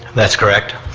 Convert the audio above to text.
that's correct.